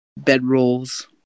bedrolls